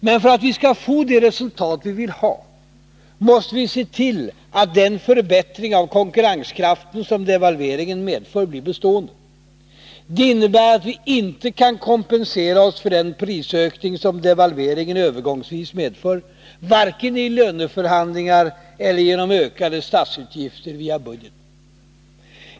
Men för att vi skall få de resultat vi vill ha, måste vi se till att den förbättring av konkurrenskraften som devalveringen medför blir bestående. Det innebär att vi inte kan kompensera oss för den prisökning som devalveringen övergångsvis medför — varken i löneförhandlingar eller genom ökade statsutgifter via budgeten.